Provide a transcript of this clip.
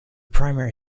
primary